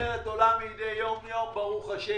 הכינרת עולה מדי יום ברוך השם,